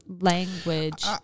language